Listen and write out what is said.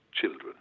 children